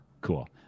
cool